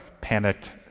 panicked